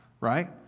right